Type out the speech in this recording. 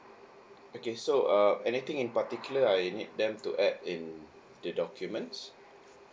okay so uh anything in particular I need them to add in the documents